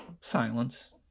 Silence